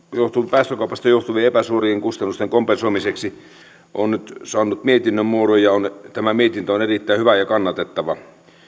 päästökaupasta johtuvien epäsuorien kustannusten kompensoimiseksi on nyt saanut mietinnön muodon ja tämä mietintö on erittäin hyvä ja kannatettava